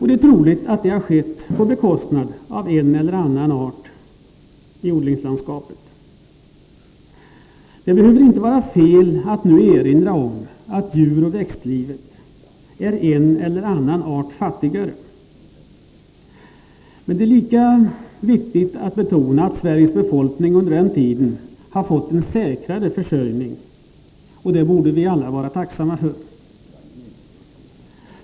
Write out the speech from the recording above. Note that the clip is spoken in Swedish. Det är troligt att det har skett på bekostnad av en eller annan art i odlingslandskapet. Det behöver inte vara fel att nu erinra om att djuroch växtlivet är en eller annan art fattigare. Men det är lika viktigt att betona att Sveriges befolkning under tiden har fått en säkrare försörjning, och det borde vi alla vara tacksamma för.